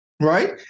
Right